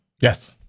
Yes